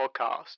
podcast